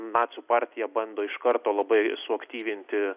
nacių partija bando iš karto labai suaktyvinti